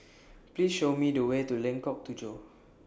Please Show Me The Way to Lengkok Tujoh